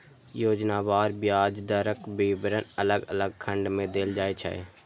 योजनावार ब्याज दरक विवरण अलग अलग खंड मे देल जाइ छै